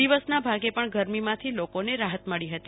દિવસના ભાગે પણ ગરમીમાંથી લોકોને રાહત મળી હતી